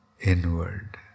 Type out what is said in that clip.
inward